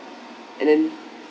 and then